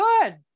good